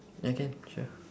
ya can sure